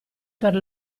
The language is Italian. per